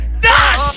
Dash